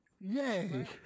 yay